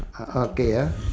ah okay ah